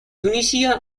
tunisia